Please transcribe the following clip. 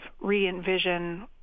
re-envision